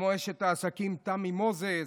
וכמו אשת העסקים תמי מוזס.